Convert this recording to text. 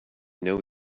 know